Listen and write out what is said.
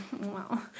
Wow